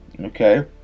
okay